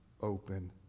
open